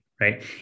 right